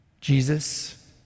Jesus